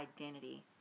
identity